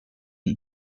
and